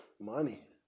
money